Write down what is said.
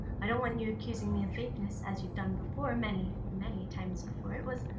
i don't want you accusing me of vagueness, as you've done before, many, many times before, it was,